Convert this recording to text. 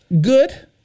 Good